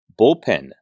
bullpen